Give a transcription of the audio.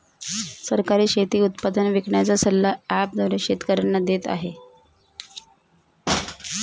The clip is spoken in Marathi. सरकार शेती उत्पादन विकण्याचा सल्ला ॲप द्वारे शेतकऱ्यांना देते आहे